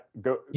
go